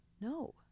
No